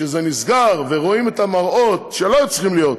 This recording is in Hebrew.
כשזה נסגר ורואים את המראות שלא היו צריכים להיות,